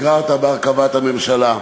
נגררת בהרכבת הממשלה,